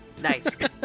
Nice